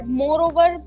moreover